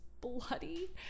bloody